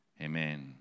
Amen